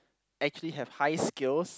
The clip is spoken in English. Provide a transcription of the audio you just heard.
actually have high skills